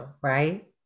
right